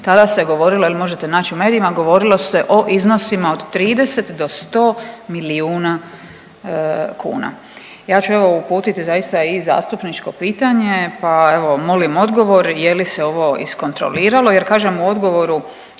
tada se govorilo jel' možete naći u medijima, govorilo se o iznosima od 30 do 100 milijuna kuna. Ja ću evo uputiti zaista i zastupničko pitanje, pa evo molim odgovor je li se ovo iskontroliralo, jer kažem u odgovoru